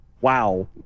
Wow